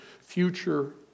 future